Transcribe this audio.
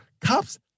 Cops